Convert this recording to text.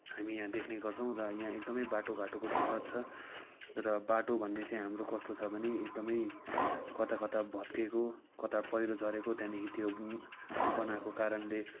हामी यहाँ देख्ने गर्छौँ र यहाँ एकदमै बाटोघाटोको दुःख छ र बाटो भन्ने चाहिँ हाम्रो कस्तो छ भने एकदमै कताकता भत्केको कता पहिरो झरेको त्यहाँदेखि त्यो नबनाएको कारणले